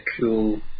cool